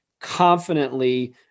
confidently